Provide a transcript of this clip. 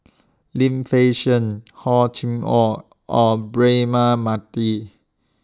Lim Fei Shen Hor Chim Or and Braema Mathi